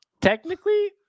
Technically